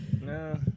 No